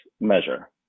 measure